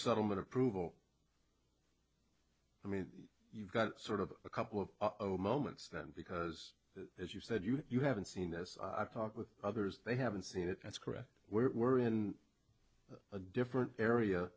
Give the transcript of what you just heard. settlement approval i mean you've got sort of a couple of moments then because as you said you you haven't seen this i've talked with others they haven't seen it that's correct we're in a different area